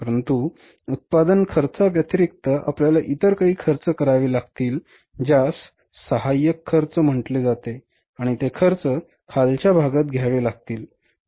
परंतु उत्पादन खर्चाव्यतिरिक्त आपल्याला इतर काही खर्च करावे लागतील ज्यास सहाय्यक खर्च म्हटले जाते आणि ते खर्च खालच्या भागात घ्यावे लागतील